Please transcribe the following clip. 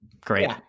Great